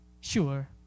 sure